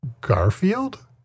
Garfield